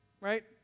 right